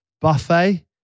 buffet